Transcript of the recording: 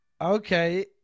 okay